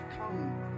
come